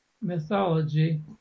mythology